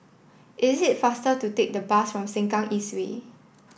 it faster to take the bus to Sengkang East Way